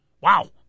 Wow